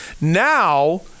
Now